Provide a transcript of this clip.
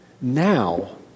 now